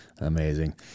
Amazing